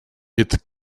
its